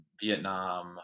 vietnam